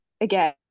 again